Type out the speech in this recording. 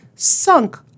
sunk